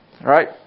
right